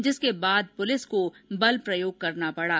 जिसके बाद प्रलिस को बल प्रयोग करना पड़ा